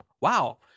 Wow